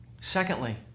Secondly